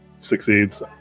succeeds